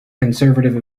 conservative